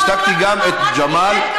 השתקתי גם את ג'מאל.